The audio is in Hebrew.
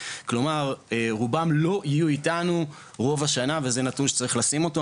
כלומר רובם לא יהיו איתנו רוב השנה וזה נתון שצריך לשים אותו,